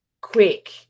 quick